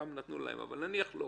פעם נתנו להם, אבל נניח שלא